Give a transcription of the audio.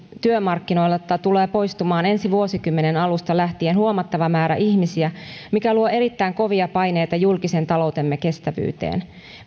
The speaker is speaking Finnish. työmarkkinoilta tulee poistumaan ensi vuosikymmenen alusta lähtien huomattava määrä ihmisiä mikä luo erittäin kovia paineita julkisen taloutemme kestävyyteen